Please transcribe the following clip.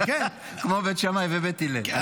כמו בית שמאי ובית הלל.